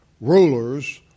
rulers